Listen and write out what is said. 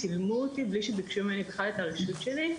צילמו אותי בלי שביקשו ממני בכלל את הרשות שלי,